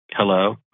Hello